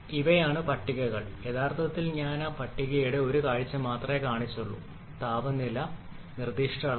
ഇവയാണ് പട്ടികകൾ യഥാർത്ഥത്തിൽ ഞാൻ ആ പട്ടികയുടെ ഒരു കാഴ്ച മാത്രമേ കാണിച്ചുള്ളൂ താപനില മർദ്ദം നിർദ്ദിഷ്ട അളവ്